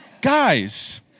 guys